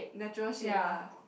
natural shade lah